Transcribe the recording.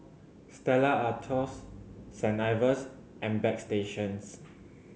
Stella Artois Saint Ives and Bagstationz